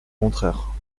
contraire